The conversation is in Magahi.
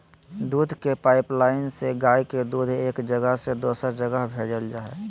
दूध के पाइपलाइन से गाय के दूध एक जगह से दोसर जगह भेजल जा हइ